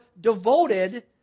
devoted